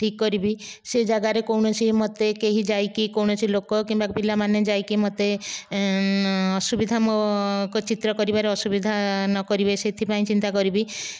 ଠିକ୍ କରିବି ସେ ଜାଗାରେ କୌଣସି ମୋତେ କେହି ଯାଇକି କୌଣସି ଲୋକ କିମ୍ବା ପିଲାମାନେ ଯାଇକି ମୋତେ ଅସୁବିଧା ଚିତ୍ର କରିବାରେ ଅସୁବିଧା ନ କରିବେ ସେଥିପାଇଁ ଚିନ୍ତା କରିବି